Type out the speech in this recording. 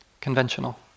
conventional